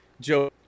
Joe